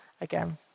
again